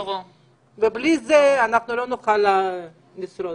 ובלי זה אנחנו לא נוכל לשרוד.